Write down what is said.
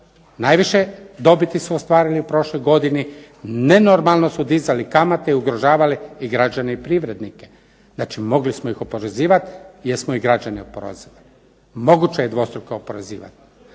Najviše dobiti su ostvarili u prošloj godini, nenormalno su dizali kamate i ugrožavali i građane i privrednike. Znači, mogli smo ih oporezivati jer smo i građane oporezivali. Moguće je dvostruko oporezivati.